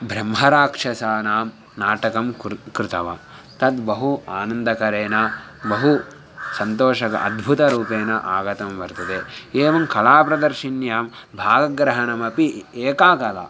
ब्रह्मराक्षसानां नाटकं कृतावन् कृतवान् तद् बहु आनन्दकरं बहु सन्तोषकम् अद्भुतरूपेण आगतं वर्तते एवं कलाप्रदर्शिन्यां भागग्रहणमपि एका कला